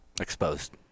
Exposed